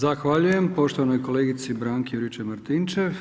Zahvaljujem poštovanoj kolegici Branki Juričev-Martinčev.